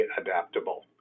adaptable